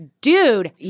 dude